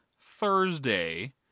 Thursday